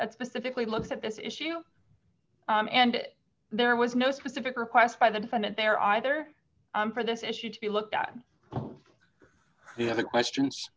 that specifically looked at this issue and there was no specific request by the defendant there either for this issue to be looked at on the other questions